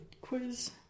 quiz